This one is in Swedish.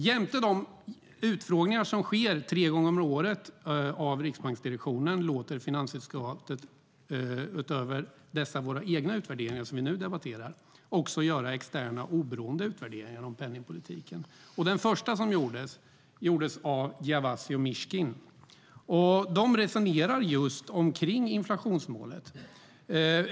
Jämte de utfrågningar som sker tre gånger om året av riksbanksdirektionen låter finansutskottet utöver dessa våra utvärderingar som vi nu debatterar också göra externa, oberoende utvärderingar av penningpolitiken. Den första gjordes av Giavazzi och Mishkin, och de resonerar just kring inflationsmålet.